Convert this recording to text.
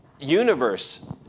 universe